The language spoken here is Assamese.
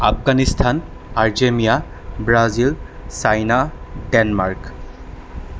আফগানিস্তান আৰ্জেমিয়া ব্ৰাজিল চাইনা ডেনমাৰ্ক